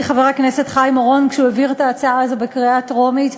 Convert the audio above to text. חבר הכנסת חיים אורון כשהוא העביר את ההצעה הזאת בקריאה טרומית.